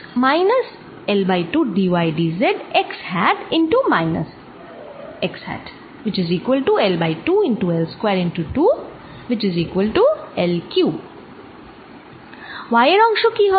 y এর অংশ কি হবে